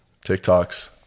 TikToks